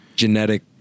Genetic